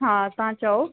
हा तव्हां चयो